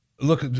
Look